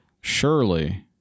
surely